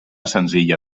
senzilla